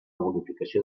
bonificació